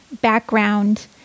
background